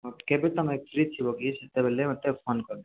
ହଁ କେବେ ତମେ ଫ୍ରି ଥିବକି ସେତେବେଳେ ମୋତେ ଫୋନ୍ କରିଦେବ